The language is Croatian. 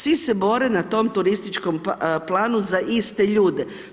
Svi se bore na tom turističkom planu za iste ljude.